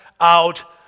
out